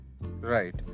Right